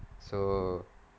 so